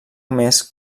més